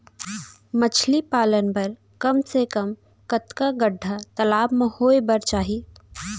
मछली पालन बर कम से कम कतका गड्डा तालाब म होये बर चाही?